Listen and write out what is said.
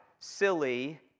silly